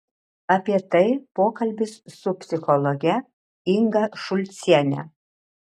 apie tai pokalbis su psichologe inga šulciene